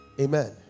Amen